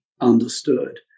understood